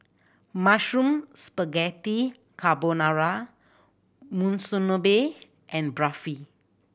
Mushroom Spaghetti Carbonara Monsunabe and Barfi